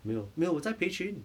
没有没有我在培群